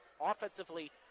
offensively